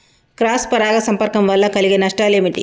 Cross పరాగ సంపర్కం వల్ల కలిగే నష్టాలు ఏమిటి?